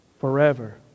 forever